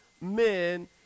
men